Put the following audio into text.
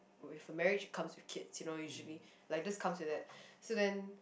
with a marriage comes with kids you know usually like just comes with that so then